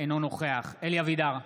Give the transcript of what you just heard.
אינו נוכח אלי אבידר,